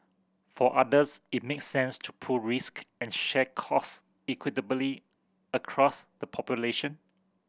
for others it makes sense to pool risk and share cost equitably across the population